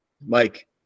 mike